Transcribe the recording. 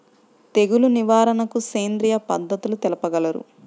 తెగులు నివారణకు సేంద్రియ పద్ధతులు తెలుపగలరు?